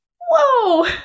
Whoa